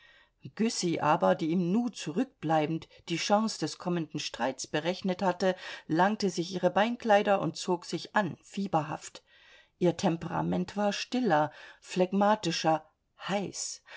aber die im nu zurückbleibend die chancen des kommenden streits berechnet hatte langte sich ihre beinkleider und zog sich an fieberhaft ihr temperament war stiller phlegmatischer heiß